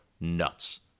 nuts